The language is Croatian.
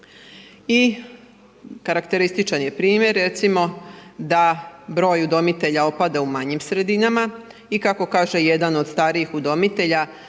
I karakterističan je primjer recimo da broj udomitelja opada u manjim sredinama i kako kaže jedan od starijih udomitelja